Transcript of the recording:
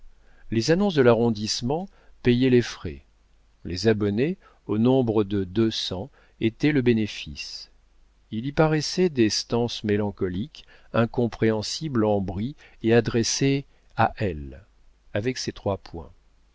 les annonces de l'arrondissement payaient les frais les abonnés au nombre de deux cents étaient le bénéfice il y paraissait des stances mélancoliques incompréhensibles en brie et adressées a elle avec ces trois points